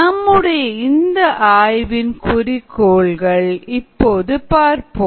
நம்முடைய இந்த ஆய்வின் குறிக்கோள்கள் இப்போது பார்ப்போம்